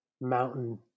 mountain